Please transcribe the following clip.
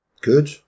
Good